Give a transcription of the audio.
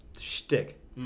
shtick